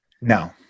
No